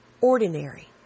ordinary